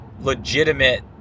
legitimate